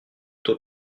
taux